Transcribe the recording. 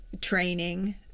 training